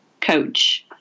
coach